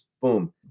boom